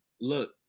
Look